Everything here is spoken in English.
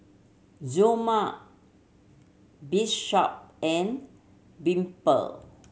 Zelma Bishop and Dimple